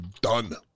done